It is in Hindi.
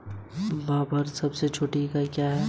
भार मापने की सबसे छोटी इकाई क्या है?